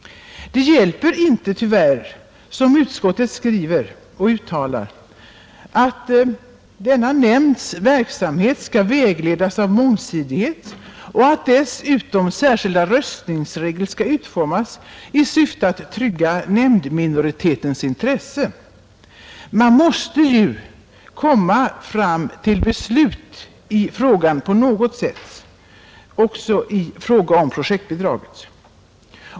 Det hjälper tyvärr icke att utskottet uttalar sig för att denna utdelningsnämnds verksamhet skall vägledas av mångsidighet och att dessutom särskilda röstningsregler skall utformas i syfte att trygga nämndminoritetens intressen. Man måste ju komma fram till ett beslut på något sätt i nämnden också i fråga om projektbidraget.